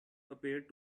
appeared